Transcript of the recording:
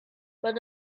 but